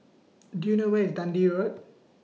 Do YOU know Where IS Dundee Road